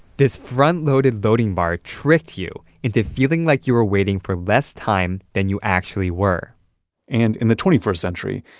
this front-loaded loading bar tricked you into feeling like you were waiting for less time than you actually were and in the twenty first century,